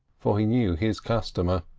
for he knew his customer.